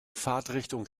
fahrtrichtung